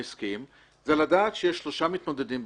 העסקיים הוא לדעת שיש שלושה מתמודדים במכרז.